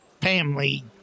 family